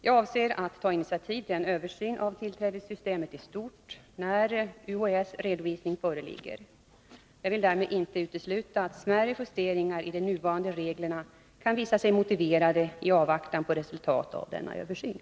Jag avser att ta initiativ till en översyn av tillträdessystemet i stort när UHÄ:s redovisning föreligger. Jag vill därmed inte utesluta att smärre justeringar i de nuvarande reglerna kan visa sig motiverade i avvaktan på resultat av denna översyn.